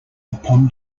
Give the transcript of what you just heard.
upon